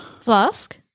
Flask